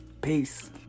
Peace